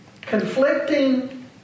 conflicting